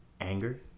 anger